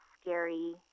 scary